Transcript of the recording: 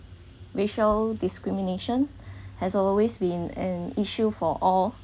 racial discrimination has always been an issue for all